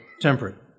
temperate